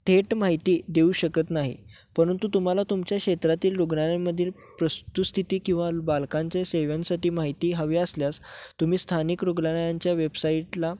थेट माहिती देऊ शकत नाही परंतु तुम्हाला तुमच्या क्षेत्रातील रुग्णालयांमधील वस्तुस्थिती किंवा बालकांच्या सेवांसाठी माहिती हवी असल्यास तुम्ही स्थानिक रुग्णालयांच्या वेबसाईटला